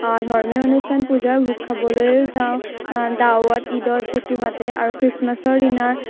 ধৰ্মীয় অনুষ্ঠান পূজাৰ ভোগ খাবলৈয়ো যাওঁ দাৱাত ঈদত যিটো মাতে আৰু খ্ৰীষ্টমাছৰ দিনাৰ